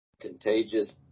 contagious